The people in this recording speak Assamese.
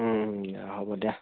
দিয়া হ'ব দিয়া